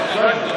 אחמד.